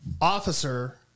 officer